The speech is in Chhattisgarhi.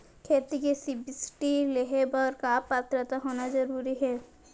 खेती के सब्सिडी लेहे बर का पात्रता होना जरूरी हे?